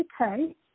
Okay